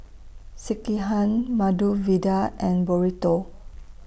Sekihan Medu Vada and Burrito